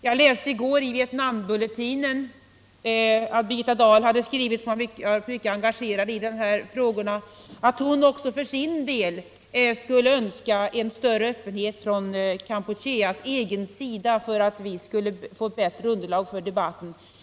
Jag läste i går i Vietnambulletinen att Birgitta Dahl, som varit engagerad i dessa frågor, hade skrivit att hon också för sin del skulle önska en större öppenhet från Kampucheas egen sida för att vi skulle få bättre underlag i debatten.